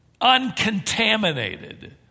uncontaminated